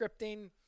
scripting